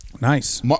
Nice